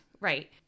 Right